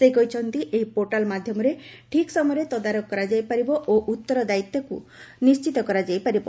ସେ କହିଛନ୍ତି ଏହି ପୋର୍ଟାଲ୍ ମାଧ୍ୟମରେ ଠିକ୍ ସମୟରେ ତଦାରଖ କରାଯାଇପାରିବ ଓ ଉତ୍ତରଦାୟିତାକୁ ନିଶ୍ଚିତ କରାଯାଇପାରିବ